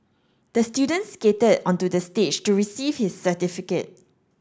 the student skated onto the stage to receive his certificate